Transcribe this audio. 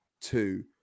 two